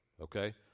okay